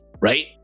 Right